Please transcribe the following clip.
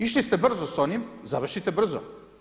Išli ste brzo sa onim, završite brzo.